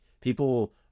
People